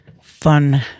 fun